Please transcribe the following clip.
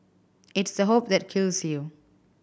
it's the hope that kills you